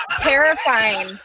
terrifying